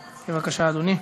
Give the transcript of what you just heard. בבקשה, אדוני.